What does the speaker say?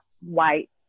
white